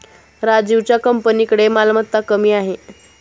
राजीवच्या कंपनीकडे मालमत्ता कमी आहे